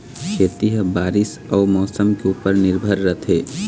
खेती ह बारीस अऊ मौसम के ऊपर निर्भर रथे